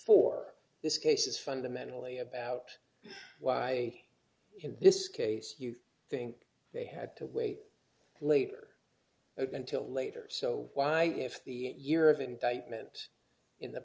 before this case is fundamentally about why in this case d you think they had to wait later until later so why if the year of indictments in the